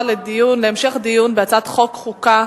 לדיון מוקדם בוועדת החוקה,